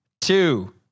two